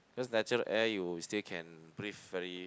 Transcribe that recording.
cause natural air you still can breathe very